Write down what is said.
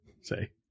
say